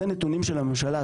זה לא הנתונים שלי,